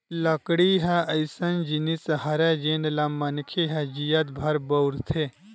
लकड़ी ह अइसन जिनिस हरय जेन ल मनखे ह जियत भर बउरथे